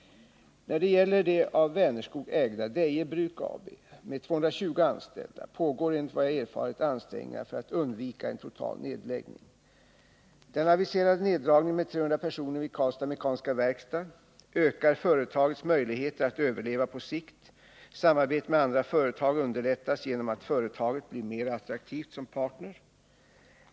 När det gäller det av Vänerskog ägda Deje Bruk AB, med 220 anställda, pågår enligt vad jag erfarit ansträngningar för att undvika en total nedläggning. Den aviserade neddragningen med 300 personer vid Karlstads Mekaniska Werkstad ökar företagets möjligheter att överleva på sikt. Samarbete med andra företag underlättas genom att företaget blir mer attraktivt som partner.